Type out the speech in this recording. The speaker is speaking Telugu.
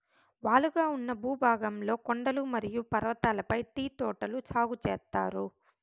వాలుగా ఉన్న భూభాగంలో కొండలు మరియు పర్వతాలపై టీ తోటలు సాగు చేత్తారు